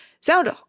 sound